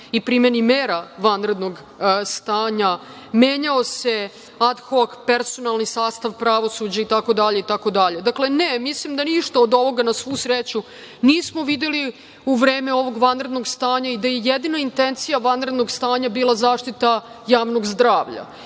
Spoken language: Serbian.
i primeni mera vanrednog stanja. Menjao se ad hok personalni sastav pravosuđa itd. Dakle, ne, mislim da ništa od ovoga na svu sreću nismo videli u vreme ovog vanrednog stanja i da je jedina intencija vanrednog stanja bila zaštita javnog zdravlja